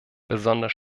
besonders